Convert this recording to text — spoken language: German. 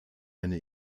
eine